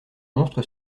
monstre